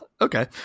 Okay